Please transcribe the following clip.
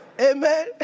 Amen